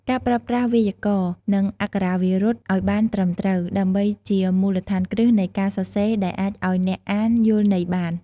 ការប្រើប្រាស់វេយ្យាករណ៍ និងអក្ខរាវិរុទ្ធអោយបានត្រឹមត្រូវ ដើម្បីជាមូលដ្ឋានគ្រឹះនៃការសរសេរដែលអាចឱ្យអ្នកអានយល់ន័យបាន។